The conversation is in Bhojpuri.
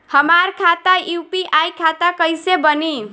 हमार खाता यू.पी.आई खाता कईसे बनी?